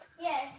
yes